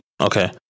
Okay